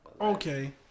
Okay